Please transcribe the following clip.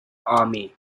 army